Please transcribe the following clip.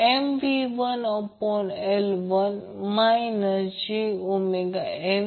आता Q0 गुणिले Q0 म्हणजे ω0 lR गुणिले 1ω0 CR